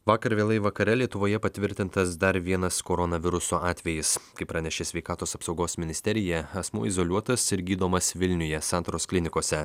vakar vėlai vakare lietuvoje patvirtintas dar vienas koronaviruso atvejis kaip pranešė sveikatos apsaugos ministerija asmuo izoliuotas ir gydomas vilniuje santaros klinikose